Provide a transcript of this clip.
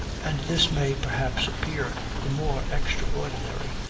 and this may, perhaps, appear the more extraordinary,